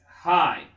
hi